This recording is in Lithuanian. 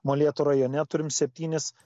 molėtų rajone turim septynis